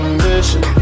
mission